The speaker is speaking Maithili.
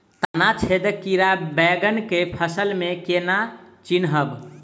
तना छेदक कीड़ा बैंगन केँ फसल म केना चिनहब?